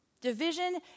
Division